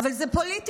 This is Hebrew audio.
"אבל זו פוליטיקה",